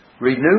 Renew